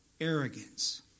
arrogance